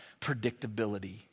predictability